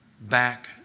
back